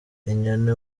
inyoni